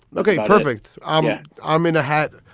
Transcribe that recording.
ok. perfect i'm i'm in a hat.